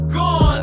Gone